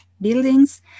buildings